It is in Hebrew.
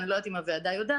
אני לא יודעת אם הוועדה יודעת,